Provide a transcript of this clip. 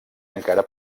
encara